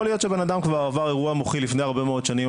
יכול להיות שהבן אדם כבר עבר אירוע מוחי לפני הרבה מאוד שנים,